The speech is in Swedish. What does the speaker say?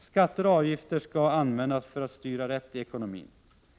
Skatter och avgifter skall användas för att styra rätt i ekonomin.